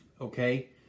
Okay